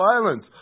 violence